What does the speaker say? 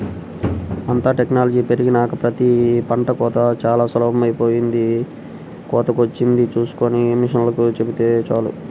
అంతా టెక్నాలజీ పెరిగినాక ప్రతి పంట కోతా చానా సులభమైపొయ్యింది, కోతకొచ్చింది చూస్కొని మిషనోల్లకి చెబితే చాలు